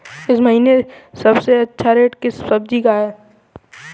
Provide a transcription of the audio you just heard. इस महीने सबसे अच्छा रेट किस सब्जी का है?